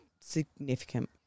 significant